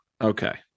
Okay